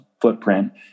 footprint